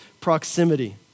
proximity